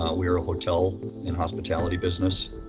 ah we are a hotel in hospitality business.